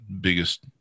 biggest